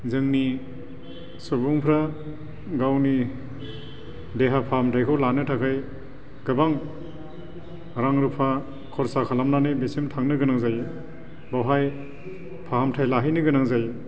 जोंनि सुबुंफोरा गावनि देहा फाहामथायखौ लानो थाखाय गोबां रां रुफा खरसा खालामनानै बेसिम थांनो गोनां जायो बेवहाय फाहामथाय लाहैनो गोनां जायो